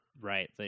right